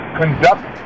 conduct